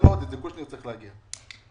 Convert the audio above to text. קושניר צריך להגיע.